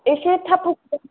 एसे थाब